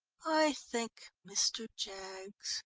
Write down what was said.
i think, mr. jaggs,